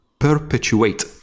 perpetuate